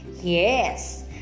yes